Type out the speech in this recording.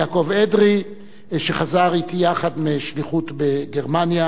יעקב אדרי שחזר אתי יחד משליחות בגרמניה.